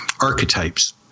archetypes